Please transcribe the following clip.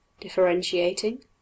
Differentiating